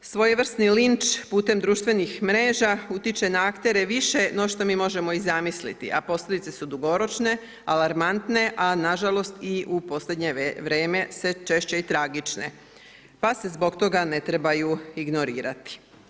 Svojevrsni linč putem društvenih mreža utiče na aktere više no što mi možemo i zamisliti, a posljedice su dugoročne, alarmantne, a nažalost i u posljednje vrijeme sve češće i tragične pa se zbog toga ne trebaju ignorirati.